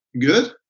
good